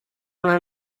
una